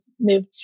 moved